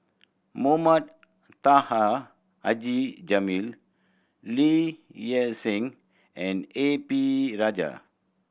Mohamed Taha Haji Jamil Lee Hee Seng and A P Rajah